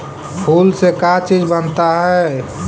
फूल से का चीज बनता है?